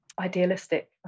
idealistic